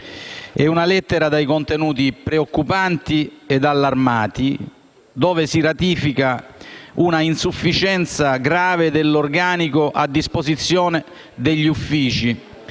È una lettera dai contenuti preoccupanti ed allarmati dove si ratifica una insufficienza grave dell'organico a disposizione degli uffici